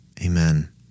Amen